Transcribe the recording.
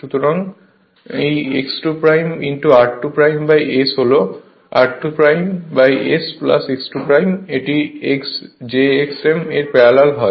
সুতরাং এই x 2 r2 S হল r2 S x 2 এটি jx m এর প্যারালাল হয়